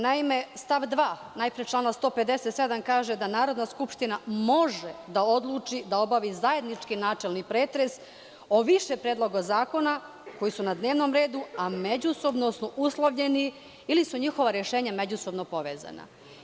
Naime, stav 2, najpre člana 157. kaže da Narodna skupština može da odluči da obavi zajednički načelni pretres o više predloga zakona koji su na dnevnom redu, a međusobno su uslovljeni ili su njihova rešenja međusobno povezana.